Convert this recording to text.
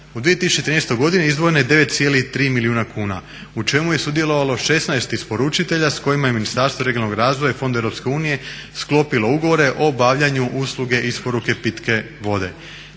u 2013. godini izdvojeno je 9,3 milijuna kuna u čemu je sudjelovalo 16 isporučitelja sa kojima je Ministarstvo regionalnog razvoja i fondova EU sklopilo ugovore o obavljanju usluge isporuke pitke vode.